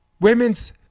Women's